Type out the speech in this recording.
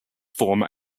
form